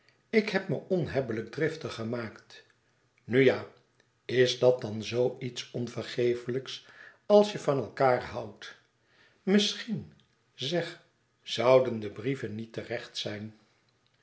ik heb me onhebbelijk driftig gemaakt nu ja is dat dan zoo iets onvergeeflijks als je van elkaâr houdt misschien zeg zouden de brieven niet terecht zijn